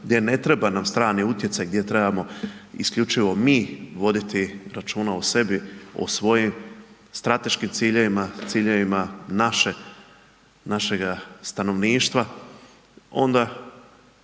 gdje ne treba nam strani utjecaj, gdje trebamo isključivo mi voditi računa o sebi, o svojim strateškim ciljevima, ciljevima naše, našega stanovništva onda